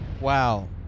wow